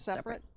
separate?